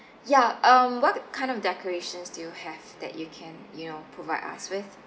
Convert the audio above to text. ya um what kind of decorations do you have that you can you know provide us with